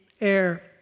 air